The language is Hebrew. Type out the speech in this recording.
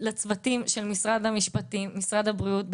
לצוותים של משרד המשפטים, משרד הבריאות.